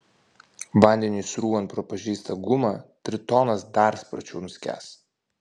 vandeniui srūvant pro pažeistą gumą tritonas dar sparčiau nuskęs